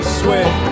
sweat